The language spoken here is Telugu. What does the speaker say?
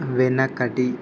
వెనకటి